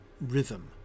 rhythm